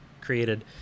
created